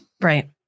Right